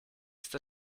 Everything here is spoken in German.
ist